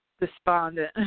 despondent